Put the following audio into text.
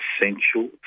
essential